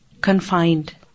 confined